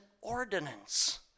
ordinance